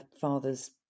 father's